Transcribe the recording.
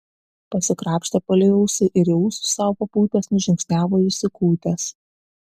pasikrapštė palei ausį ir į ūsus sau papūtęs nužingsniavo jis į kūtes